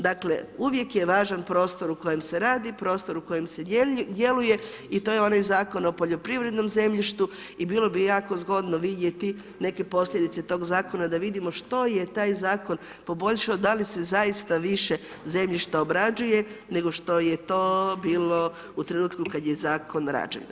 Dakle, uvijek je važan prostor u kojem se radi, prostor u kojem se djeluje i to je onaj Zakon o poljoprivrednom zemljištu i bilo bi jako dobro vidjeti, neke posljedice tog zakona, da vidimo, što je taj zakon poboljšao, da li se zaista više zemljišta obrađuje, nego što je to bilo u trenutku kada je zakon rađen.